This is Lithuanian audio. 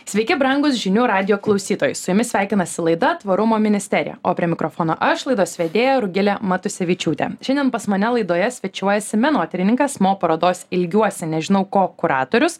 sveiki brangūs žinių radijo klausytojai su jumis sveikinasi laida tvarumo ministerija o prie mikrofono aš laidos vedėja rugilė matusevičiūtė šiandien pas mane laidoje svečiuojasi menotyrininkas mo parodos ilgiuosi nežinau ko kuratorius